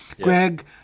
greg